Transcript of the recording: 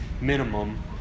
minimum